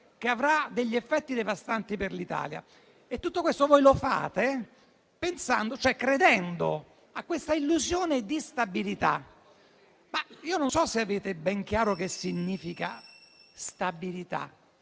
che avranno degli effetti devastanti per l'Italia. Tutto questo voi lo fate credendo a questa illusione di stabilità che non so se avete ben chiaro cosa significhi.